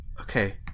Okay